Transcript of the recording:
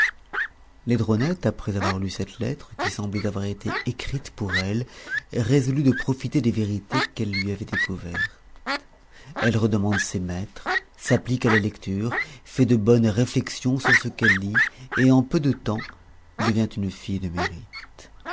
laidronette après avoir lu cette lettre qui semblait avoir été écrite pour elle résolut de profiter des vérités qu'elle lui avait découvertes elle redemande ses maîtres s'applique à la lecture fait de bonnes réflexions sur ce qu'elle lit et en peu de tems devient une fille de mérite